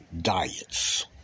diets